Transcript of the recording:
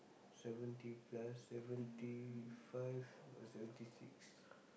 seventy plus seventy five or seventy six